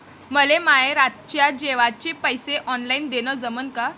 मले माये रातच्या जेवाचे पैसे ऑनलाईन देणं जमन का?